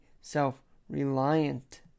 self-reliant